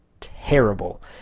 terrible